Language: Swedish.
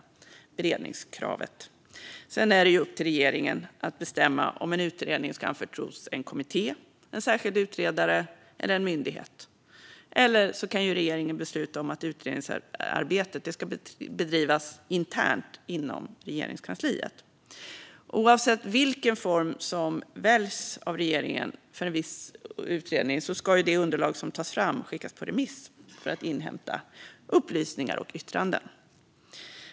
Det kallas beredningskravet. Sedan är det upp till regeringen att bestämma om en utredning ska anförtros en kommitté, en särskild utredare eller en myndighet. Regeringen kan också besluta att utredningsarbetet ska bedrivas internt inom Regeringskansliet. Oavsett vilken form som väljs för en viss utredning ska det underlag som tas fram skickas på remiss för att inhämta upplysningar och yttranden.